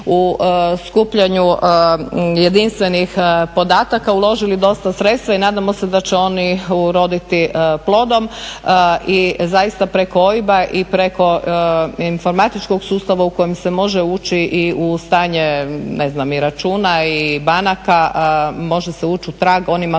u skupljanju jedinstvenih podataka uložili dosta sredstava i nadamo se da će oni uroditi plodom. I zaista preko OIB-a i preko informatičkog sustava u kojem se može ući i u stanje, ne znam i računa i banaka, može se ući u trag onima